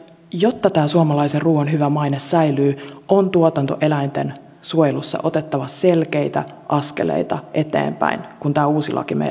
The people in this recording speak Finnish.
jotta tämä suomalaisen ruoan hyvä maine säilyy on tuotantoeläinten suojelussa otettava selkeitä askeleita eteenpäin kun tämä uusi laki meille tuodaan